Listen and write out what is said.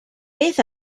beth